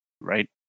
right